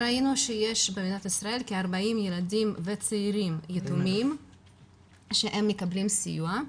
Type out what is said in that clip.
ראינו שיש במדינת ישראל כ-40,000 ילדים וצעירים יתומים שמקבלים סיוע,